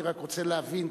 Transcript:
אני רק רוצה להבין,